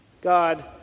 God